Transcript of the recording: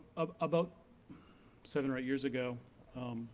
ah about seven or eight years ago,